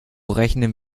rechnen